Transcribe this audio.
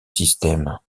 système